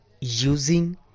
using